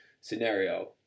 scenario